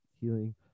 healing